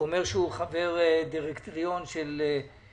הוא אומר שהוא חבר דירקטוריון של עוגן.